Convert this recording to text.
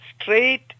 straight